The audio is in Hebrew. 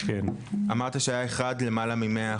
אמרת שהיה אחד למעלה ממאה אחוז.